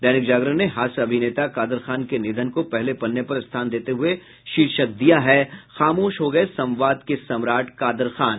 दैनिक जागरण ने हास्य अभिनेता कादर खान के निधन को पहले पन्ने पर स्थान देते हुये शीर्षक दिया है खामोश हो गये संवाद के सम्राट कादर खान